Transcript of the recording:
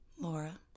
Laura